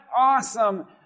awesome